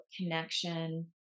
connection